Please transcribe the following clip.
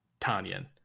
Tanyan